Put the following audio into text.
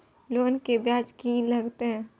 Loan के ब्याज की लागते?